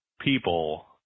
people